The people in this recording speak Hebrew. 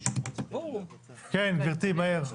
כן גברתי, מהר.